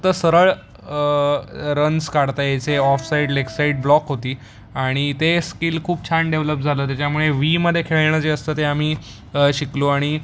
तर सरळ रन्स काढता यायचे off side leg side block होती आणि ते स्किल खूप छान डेव्हलप झालं त्याच्यामुळे व्हीमध्ये खेळणं जे असतं ते आम्ही शिकलो आणि